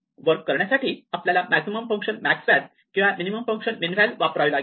work करण्यासाठी आपल्याला maximum function maxval किंवा मिनिमम फंक्शन minval वापरावे लागेल